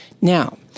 Now